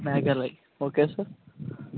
Meghalaya okay sir